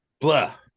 blah